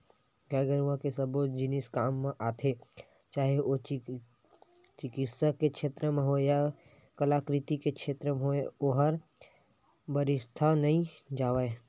गाय गरुवा के सबो जिनिस काम म आथे चाहे ओ चिकित्सा के छेत्र म होय या कलाकृति के क्षेत्र म होय ओहर अबिरथा नइ जावय